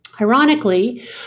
Ironically